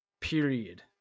period